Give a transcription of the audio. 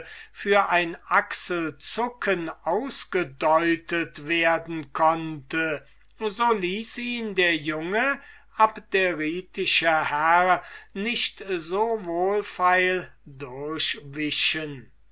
für ein achselzucken ausgedeutet werden konnte so ließ ihn der junge abderitische herr nicht so wohlfeil durch